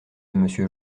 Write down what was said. monsieur